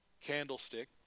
candlestick